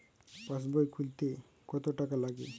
পাশবই খুলতে কতো টাকা লাগে?